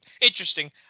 interesting